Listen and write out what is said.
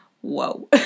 Whoa